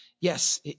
yes